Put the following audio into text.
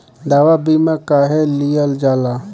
दवा बीमा काहे लियल जाला?